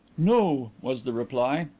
no, was the reply.